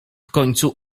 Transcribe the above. końcu